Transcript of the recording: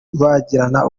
bagirana